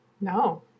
No